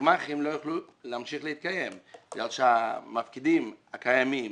הגמ"חים לא יוכל להמשיך להתקיים בגלל שהמפקידים הקיימים,